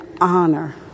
honor